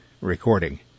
recording